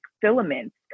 filaments